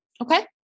okay